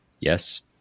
Yes